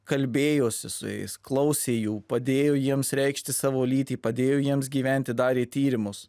kalbėjosi su jais klausė jų padėjo jiems reikšti savo lytį padėjo jiems gyventi darė tyrimus